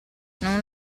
non